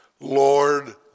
Lord